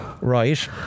right